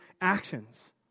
actions